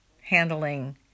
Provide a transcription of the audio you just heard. handling